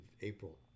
April